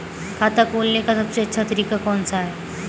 खाता खोलने का सबसे अच्छा तरीका कौन सा है?